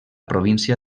província